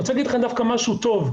אני רוצה להגיד לכם דווקא משהו טוב.